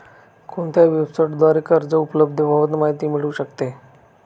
कोणत्या वेबसाईटद्वारे कर्ज उपलब्धतेबाबत माहिती मिळू शकते?